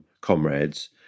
comrades